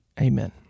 Amen